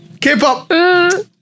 K-pop